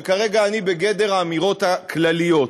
וכרגע אני בגדר האמירות הכלליות.